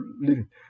living